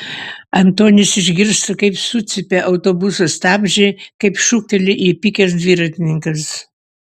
antonis išgirsta kaip sucypia autobuso stabdžiai kaip šūkteli įpykęs dviratininkas